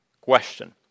question